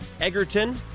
Egerton